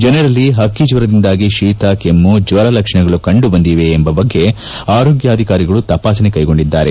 ಜನರಲ್ಲಿ ಪಕ್ಕಿಜ್ವರದಿಂದಾಗಿ ಶೀತ ಕೆಮ್ಮು ಜ್ವರ ಲಕ್ಷಣಗಳು ಕಂಡುಬಂದಿವೆಯೇ ಎಂಬ ಬಗ್ಗೆ ಆರೋಗ್ಯಾಧಿಕಾರಿಗಳು ತಪಾಸಣೆ ಕ್ಟೆಗೊಂಡಿದ್ದಾರೆ